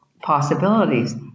possibilities